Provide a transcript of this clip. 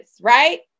right